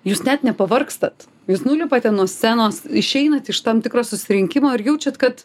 jūs net nepavargstat jūs nulipate nuo scenos išeinat iš tam tikro susirinkimo ir jaučiat kad